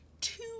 two